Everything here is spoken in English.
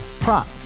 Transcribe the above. Prop